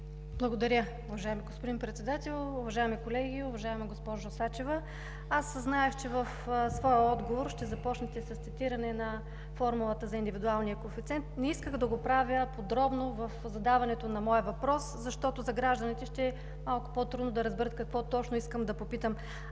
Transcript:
Благодаря, уважаеми господин Председател. Уважаеми колеги, уважаема госпожо Сачева! Аз знаех, че в своя отговор ще започнете с цитиране на формулата за индивидуалния коефициент. Не исках да го правя подробно в задаването на моя въпрос, защото за гражданите ще е малко по-трудно да разберат какво точно искам да попитам.